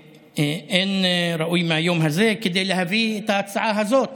ואין ראוי מהיום הזה כדי להביא את ההצעה הזאת